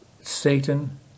Satan